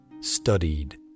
studied